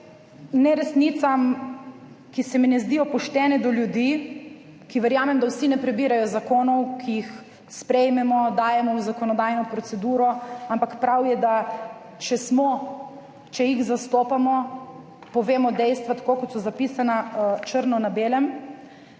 neresnicam, ki se mi ne zdijo poštene do ljudi, ki verjamem, da vsi ne prebirajo zakonov, ki jih sprejmemo, dajemo v zakonodajno proceduro, ampak prav je, da če jih zastopamo, povemo dejstva tako kot so zapisana črno na belem.